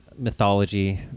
mythology